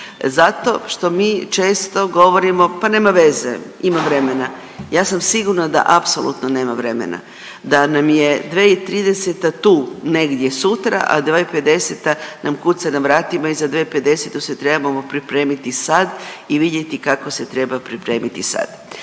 zato što mi često govorimo, pa nema veze, ima vremena. Ja sam sigurna da apsolutno nema vremena, da nam je 2030. tu negdje sutra, a 2050. nam kuca na vratima i za 2050. se trebamo pripremiti sad i vidjeti kako se treba pripremiti sad.